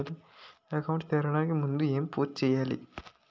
Account తెరవడానికి ముందు ఏంటి పూర్తి చేయాలి?